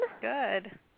Good